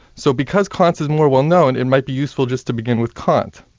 so because kant's is more well-known, it might be useful just to begin with kant.